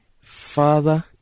Father